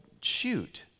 shoot